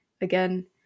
again